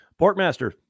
Portmaster